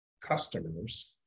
customers